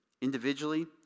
individually